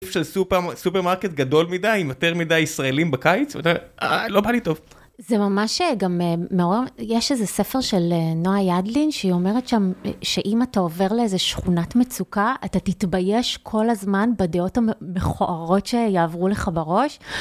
של סופרמרקט גדול מדי, עם יותר מידי ישראלים בקיץ, לא בא לי טוב. זה ממש גם, יש איזה ספר של נועה ידלין, שהיא אומרת שם שאם אתה עובר לאיזה שכונת מצוקה, אתה תתבייש כל הזמן בדעות המכוערות שיעברו לך בראש.